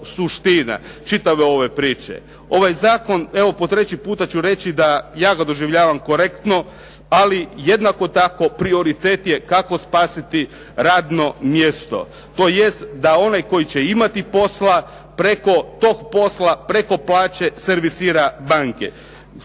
suština čitave ove priče. Ovaj zakon, evo po treći puta ću reći da ja ga doživljavam korektno, ali jednako tako prioritet je kako spasiti radno mjesto. Tj., da onaj koji će imati posla, preko tog posla, preko plaće servisira banke.